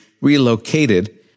relocated